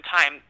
time